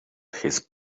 his